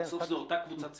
בסוף זה אותה קבוצת סיכון.